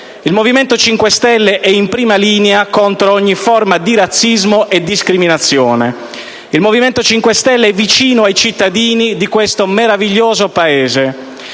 Il Movimento 5 Stelle è in prima linea contro ogni forma di razzismo e discriminazione. Il Movimento 5 Stelle è vicino ai cittadini di questo meraviglioso Paese,